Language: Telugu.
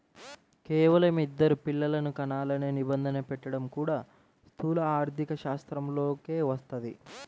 కేవలం ఇద్దరు పిల్లలనే కనాలనే నిబంధన పెట్టడం కూడా స్థూల ఆర్థికశాస్త్రంలోకే వస్తది